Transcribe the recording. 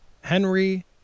Henry